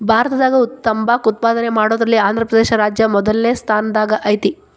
ಭಾರತದಾಗ ತಂಬಾಕ್ ಉತ್ಪಾದನೆ ಮಾಡೋದ್ರಲ್ಲಿ ಆಂಧ್ರಪ್ರದೇಶ ರಾಜ್ಯ ಮೊದಲ್ನೇ ಸ್ಥಾನದಾಗ ಐತಿ